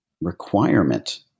requirement